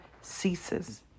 ceases